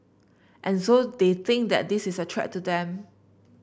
and so they think that this is a threat to them